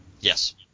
Yes